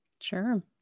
Sure